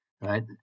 right